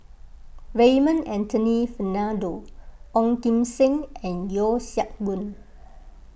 Raymond Anthony Fernando Ong Kim Seng and Yeo Siak Goon